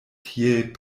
tiel